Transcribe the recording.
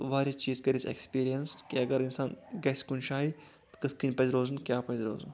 واریاہ چیٖز کٔرۍ اَسہِ ایکٕسپیٖرینٕس کہِ اگر اِنسان گژھِ کُنہِ جایہِ تہٕ کِتھ کٔنۍ پَزِ روزُن کیاہ پزِ روزُن